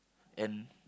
and